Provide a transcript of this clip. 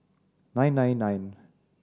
nine nine nine